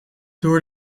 door